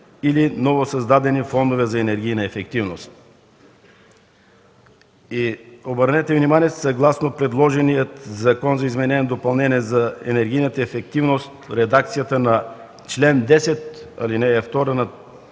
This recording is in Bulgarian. или ново създадени фондове за енергийна ефективност. Обърнете внимание, съгласно предложения Закон за изменение и допълнение за енергийната ефективност, в редакцията на чл. 10, ал. 2: „На